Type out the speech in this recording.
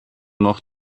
noch